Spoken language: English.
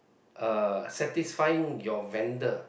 uh satisfying your vendor